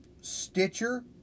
Stitcher